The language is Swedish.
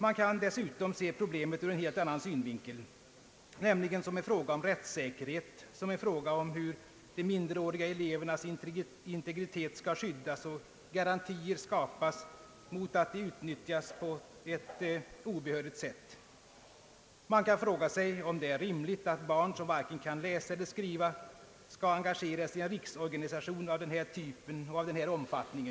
Man kan dessutom se problemet ur en helt annan synvinkel, nämligen som en fråga om rättssäkerhet, som en fråga om hur de minderåriga elevernas integritet skall skyddas och garantier skapas mot att de utnyttjas på ett obehörigt sätt. Man kan fråga sig om det är rimligt att barn som varken kan läsa eller skriva skall engageras i en riksorganisation av denna omfattning.